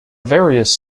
various